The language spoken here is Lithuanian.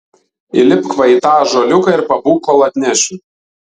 įlipk va į tą ąžuoliuką ir pabūk kol atnešiu